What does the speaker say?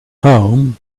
home